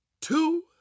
two